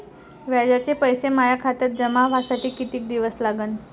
व्याजाचे पैसे माया खात्यात जमा व्हासाठी कितीक दिवस लागन?